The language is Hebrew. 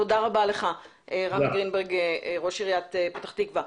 תודה רבה לך רמי גרינברג, ראש עיריית פתח תקווה.